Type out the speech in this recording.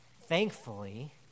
Thankfully